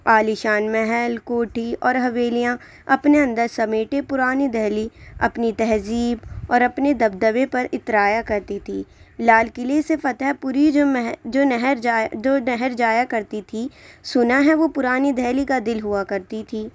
عالی شان محل کوٹھی اور حویلیاں اپنے اندر سمیٹے پُرانی دہلی اپنی تہذیب اور اپنی دبدبے پر اِترایا کرتی تھی لال قلعے سے فتح پوری جو مہر جو نہر جایا جو نہر جایا کرتی تھی سُنا ہے وہ پُرانی دہلی کا دِل ہُوا کرتی تھی